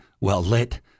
well-lit